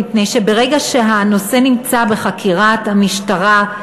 מפני שברגע שהנושא נמצא בחקירת המשטרה,